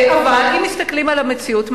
אבל אם מסתכלים על המציאות,